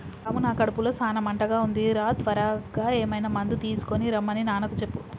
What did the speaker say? రాము నా కడుపులో సాన మంటగా ఉంది రా త్వరగా ఏమైనా మందు తీసుకొనిరమన్ని నాన్నకు చెప్పు